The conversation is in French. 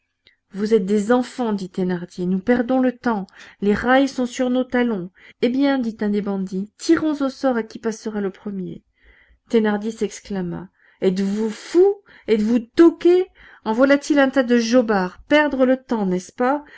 vous êtes des enfants dit thénardier nous perdons le temps les railles sont sur nos talons eh bien dit un des bandits tirons au sort à qui passera le premier thénardier s'exclama êtes-vous fous êtes-vous toqués en voilà-t-il un tas de jobards perdre le temps n'est-ce pas